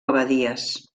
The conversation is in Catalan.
abadies